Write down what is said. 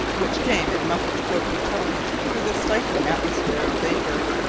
which came in muffled croaking tones through the stifling atmosphere of vapour.